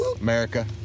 America